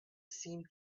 seemed